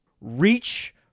reach